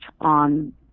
on